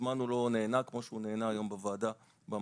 ומזמן הוא לא נהנה כמו שהוא נהנה בוועדה במזגן.